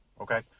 Okay